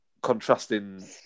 contrasting